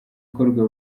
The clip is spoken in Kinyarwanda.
ikorwa